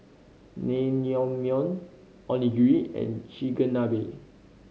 Naengmyeon Onigiri and Chigenabe